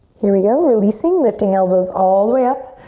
here we go, releasing. lifting elbows all the way up.